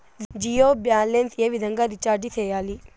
Jio balance ఏ విధంగా recharge సేయాలి?